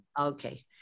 Okay